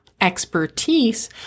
expertise